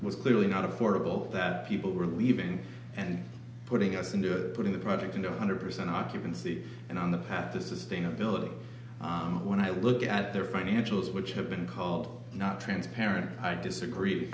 was clearly not affordable that people were leaving and putting us into putting the project in the one hundred percent occupancy and on the path to sustainability when i look at their financials which have been called not transparent i disagree